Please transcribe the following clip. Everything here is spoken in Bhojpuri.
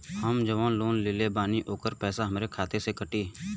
हम जवन लोन लेले बानी होकर पैसा हमरे खाते से कटी?